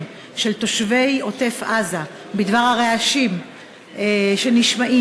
של תושבי עוטף-עזה בדבר הרעשים שנשמעים,